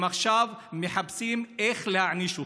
הם עכשיו מחפשים איך להעניש אותו.